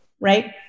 right